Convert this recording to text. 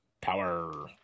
Power